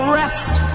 rest